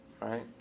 right